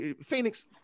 Phoenix